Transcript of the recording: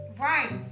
Right